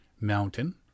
mountain